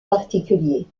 particulier